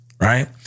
right